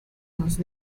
los